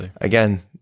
again